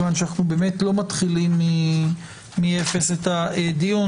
מכיוון שאנחנו לא מתחילים מאפס את הדיון,